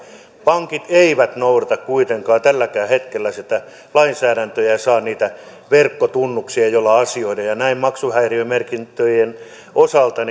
pankit eivät noudata kuitenkaan tälläkään hetkellä sitä lainsäädäntöä eivätkä ihmiset saa niitä verkkotunnuksia joilla asioida ja näin maksuhäiriömerkintöjen osalta